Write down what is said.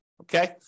okay